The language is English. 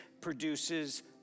produces